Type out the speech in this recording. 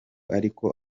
ariko